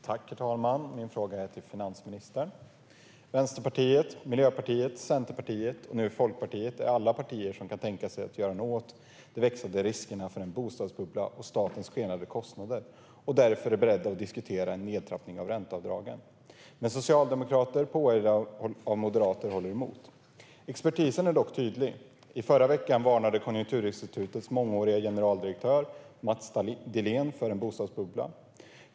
Herr talman! Min fråga är till finansministern. Vänsterpartiet, Miljöpartiet, Centerpartiet och nu Folkpartiet är alla partier som kan tänka sig att göra någonting åt de växande riskerna för en bostadsbubbla och statens skenande kostnader och som därför är beredda att diskutera en nedtrappning av ränteavdragen. Men socialdemokrater påhejade av moderater håller emot. Expertisen är dock tydlig. I förra veckan varnade Konjunkturinstitutets mångåriga generaldirektör Mats Dillén för en bostadsbubbla.